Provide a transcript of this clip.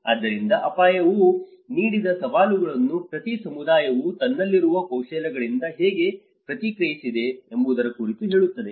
ಆದ್ದರಿಂದ ಅಪಾಯವು ನೀಡಿದ ಸವಾಲುಗಳನ್ನು ಪ್ರತಿ ಸಮುದಾಯವು ತನ್ನಲ್ಲಿರುವ ಕೌಶಲ್ಯಗಳಿಂದ ಹೇಗೆ ಪ್ರತಿಕ್ರಿಯಿಸಿದೆ ಎಂಬುದರ ಕುರಿತು ಹೇಳುತ್ತದೆ